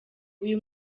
uyu